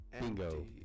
Bingo